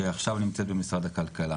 שהיא עכשיו נמצאת במשרד הכלכלה.